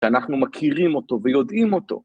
שאנחנו מכירים אותו ויודעים אותו.